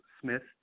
Smith